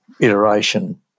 iteration